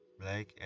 black